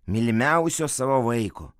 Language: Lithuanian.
mylimiausio savo vaiko